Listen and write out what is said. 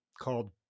called